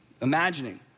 imagining